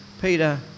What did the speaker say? Peter